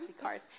cars